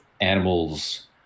animals